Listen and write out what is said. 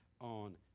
on